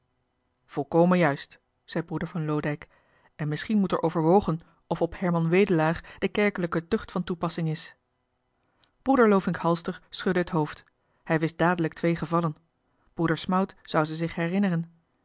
volkomen juist zei broeder van loodijck en misschien moet er overwogen of op herman wedelaar de kerkelijke tucht van toepassing is broeder lovink halster schudde het hoofd hij wist dadelijk twee gevallen broeder smout zou ze zich herinneren